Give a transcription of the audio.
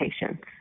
patients